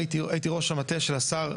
הייתי ראש המטה של השר,